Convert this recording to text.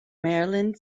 maryland